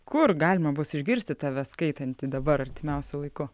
kur galima bus išgirsti tave skaitantį dabar artimiausiu laiku